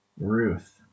ruth